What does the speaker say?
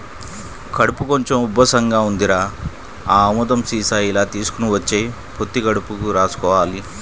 కడుపు కొంచెం ఉబ్బసంగా ఉందిరా, ఆ ఆముదం సీసా ఇలా తీసుకొని వచ్చెయ్, పొత్తి కడుపుకి రాసుకోవాల